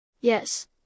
Yes